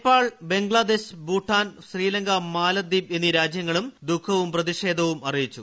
നേപ്പാൾ ബംഗ്ലാദേശ് ഭൂട്ടാൻ ശ്രീലങ്ക മാലദ്വീപ് എന്നീ രാജൃങ്ങളും ദുഃഖവും പ്രതിഷേധവും അറിയിച്ചു